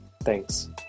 Thanks